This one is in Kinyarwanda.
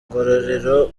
ngororero